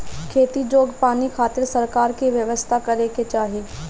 खेती जोग पानी खातिर सरकार के व्यवस्था करे के चाही